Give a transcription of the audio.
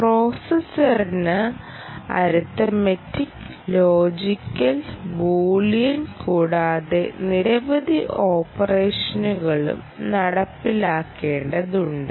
പ്രോസസ്സറിന് arithmetic logical Boolean കൂടാതെ നിരവധി ഓപ്പറേഷനുകളും നടപ്പിലാക്കേണ്ടതുണ്ട്